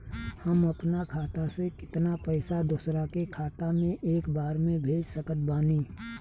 हम अपना खाता से केतना पैसा दोसरा के खाता मे एक बार मे भेज सकत बानी?